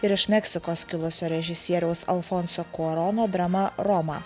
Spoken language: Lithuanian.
ir iš meksikos kilusio režisieriaus alfonso korono drama roma